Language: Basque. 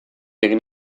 egin